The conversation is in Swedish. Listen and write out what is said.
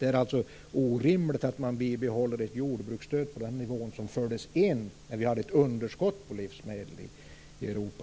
Det är alltså orimligt att bibehålla ett jordbruksstöd på den nivå som fördes in när vi hade ett underskott på livsmedel i Europa.